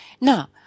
Now